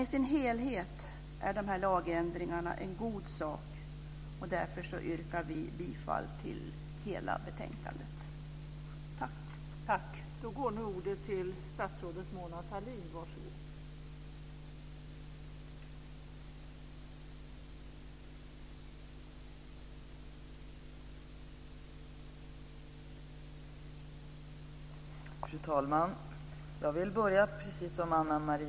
I sin helhet är dock de här lagändringarna av godo, och vi yrkar därför bifall till utskottets hemställan i dess helhet.